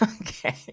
Okay